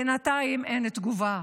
בינתיים אין תגובה.